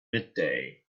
midday